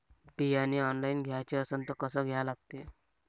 बियाने ऑनलाइन घ्याचे असन त कसं घ्या लागते?